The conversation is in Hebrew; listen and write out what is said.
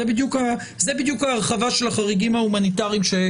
זאת בדיוק ההרחבה של החריגים ההומניטריים.